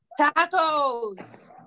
Tacos